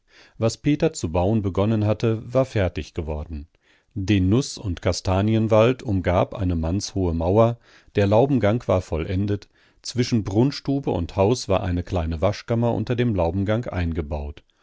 was peter zu bauen begonnen hatte war fertig geworden den nuß und kastanienwald umgab eine mannshohe mauer der laubengang war vollendet zwischen brunnstube und haus war eine kleine waschkammer unter dem laubengang eingebaut